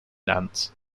dance